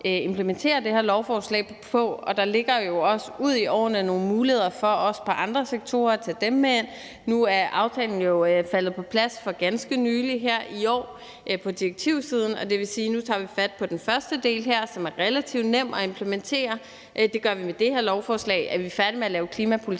implementere det her lovforslag på, og der ligger jo også i de kommende år nogle muligheder for også at tage andre sektorer med ind. Nu er aftalen jo faldet på plads for ganske nylig, her i år, på direktivsiden, og det vil sige, at nu tager vi fat på den første del, som er relativt nem at implementere. Det gør vi med det her lovforslag. Er vi færdige med at lave klimapolitik?